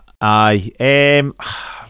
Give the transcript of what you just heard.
Aye